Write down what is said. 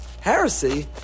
Heresy